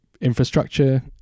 infrastructure